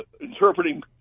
interpreting